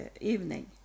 evening